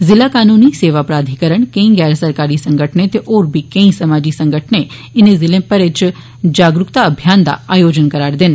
ज़िला कानूनी सेवा प्राधिकरण कैंई गैर सरकारी संगठन ते होर बी कैंई समाजी संगठन इनें जिले भर च जागरुकता अभियानें दा आयोजन करा रदे न